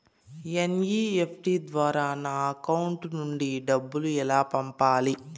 NEFT ద్వారా నా account నుండి డబ్బులు ఎలా పంపాలి